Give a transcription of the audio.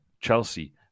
Chelsea